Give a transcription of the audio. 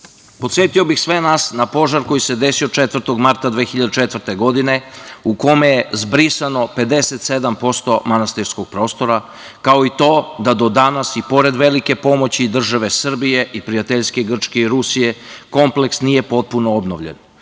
Hilandar. Podsetio bih sve nas na požar koji se desio 4. marta 2004. godine u kome je zbrisano 57% manastirskog prostora, kao i to da do danas i pored velike pomoći i države Srbije i prijateljske Grčke i Rusije, kompleks nije potpuno obnovljen.